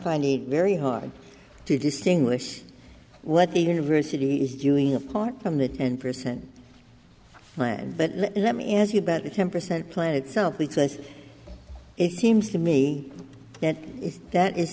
finding it very hard to distinguish what the university is doing apart from that and present plan but let me ask you about the ten percent plan itself because it seems to me that that is